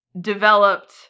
developed